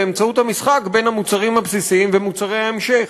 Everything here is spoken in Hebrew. באמצעות המשחק בין המוצרים הבסיסיים ומוצרי ההמשך.